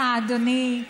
תודה רבה, גברתי.